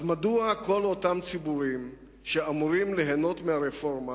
אז מדוע כל אותם ציבורים שאמורים ליהנות מהרפורמה